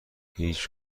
هیچ